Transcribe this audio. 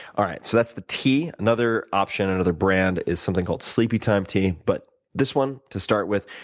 alright. so that's the tea. another option, another brand is something called sleepytime tea. but this one, to start with,